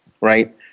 right